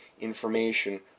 information